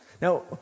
Now